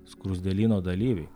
skruzdėlyno dalyviai